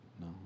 No